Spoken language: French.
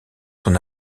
son